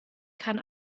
kann